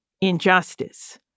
injustice